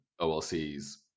OLC's